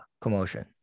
commotion